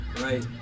right